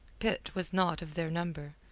pitt was not of their number,